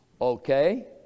Okay